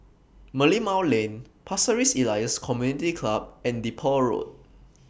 Merlimau Lane Pasir Ris Elias Community Club and Depot Road